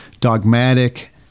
dogmatic